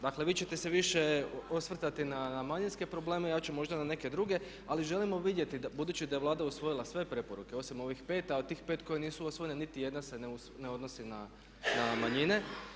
Dakle vi ćete se više osvrtati na manjinske probleme, ja ću možda na neke druge ali želimo vidjeti budući da je Vlada usvojila sve preporuke osim ovih 5 a od tih 5 koje nisu usvojene niti jedna se ne odnosi na manjine.